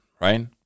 right